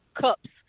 cups